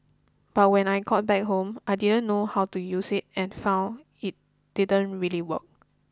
but when I got back home I didn't know how to use it and found it didn't really work